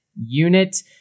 Unit